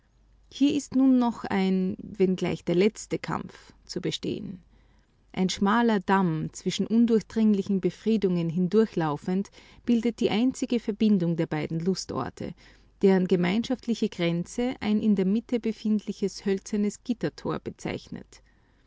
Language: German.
hier ist nun noch ein wenngleich der letzte kampf zu bestehen ein schmaler damm zwischen undurchdringlichen befriedungen hindurchlaufend bildet die einzige verbindung der beiden lustorte deren gemeinschaftliche grenze ein in der mitte befindliches hölzernes gittertor bezeichnet